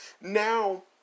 now